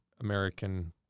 American